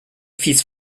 fils